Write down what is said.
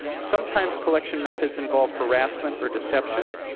sometimes collection methods involve harassment or deception,